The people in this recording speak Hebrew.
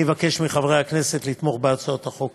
אני מבקש מחברי הכנסת לתמוך בהצעות החוק.